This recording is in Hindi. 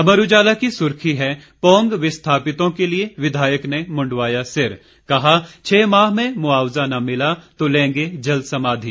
अमर उजाला की सुर्खी है पोंग विस्थापितों के लिए विधायक ने मुंडवाया सिर कहा छह माह में मुआवजा न मिला तो लेंगे जलसमाधि